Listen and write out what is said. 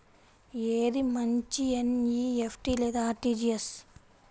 ఏది మంచి ఎన్.ఈ.ఎఫ్.టీ లేదా అర్.టీ.జీ.ఎస్?